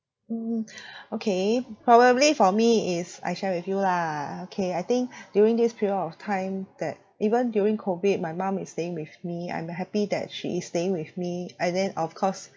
mm okay probably for me is I share with you lah okay I think during this period of time that even during COVID my mum is staying with me I'm happy that she is staying with me and then of course